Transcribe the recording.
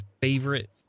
favorite